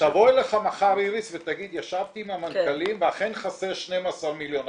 תבוא אליך מחר איריס ותגיד ישבתי עם המנכ"לים ואכן חסר 12 מיליון,